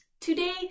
today